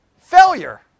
Failure